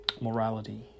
morality